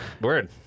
Word